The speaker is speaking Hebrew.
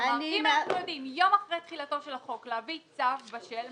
כלומר אם אנחנו יודעים יום אחרי תחילתו של החוק להביא צו בשל,